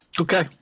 Okay